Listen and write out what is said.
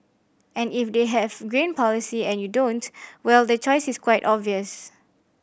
and if they have green policy and you don't well the choice is quite obvious